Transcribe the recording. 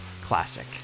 classic